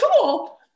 cool